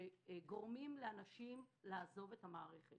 שגורמים לאנשים לעזוב את המערכת